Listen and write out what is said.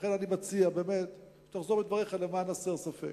לכן אני מציע שתחזור מדבריך, למען הסר ספק.